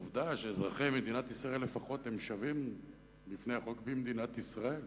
בעובדה שאזרחי מדינת ישראל לפחות שווים בפני החוק במדינת ישראל,